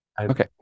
Okay